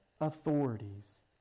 authorities